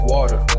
Water